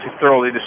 thoroughly